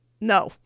No